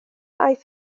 aeth